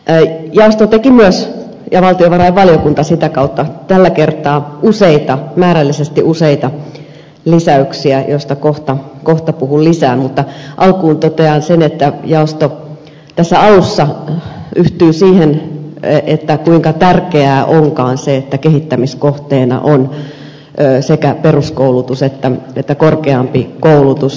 jaosto teki myös ja valtiovarainvaliokunta sitä kautta tällä kertaa määrällisesti useita lisäyksiä joista kohta puhun lisää mutta alkuun totean sen että jaosto alussa yhtyy siihen kuinka tärkeää onkaan se että kehittämiskohteena on sekä peruskoulutus että korkeampi koulutus